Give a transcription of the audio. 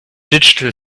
digital